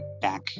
back